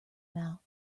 mouth